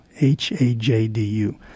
H-A-J-D-U